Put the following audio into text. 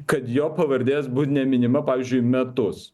kad jo pavardės bus neminima pavyzdžiui metus